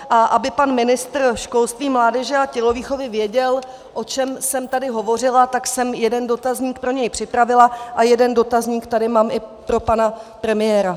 A aby pan ministr školství, mládeže a tělovýchovy věděl, o čem jsem tady hovořila, tak jsem pro něj jeden dotazník připravila a jeden dotazník tady mám i pro pana premiéra.